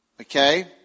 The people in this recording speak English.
Okay